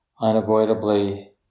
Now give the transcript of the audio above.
unavoidably